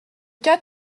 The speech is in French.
cas